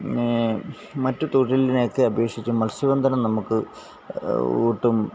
മറ്റ് തൊഴിലിനെയൊക്കെ അപേക്ഷിച്ച് മൽസ്യബന്ധനം നമുക്ക് ഒട്ടും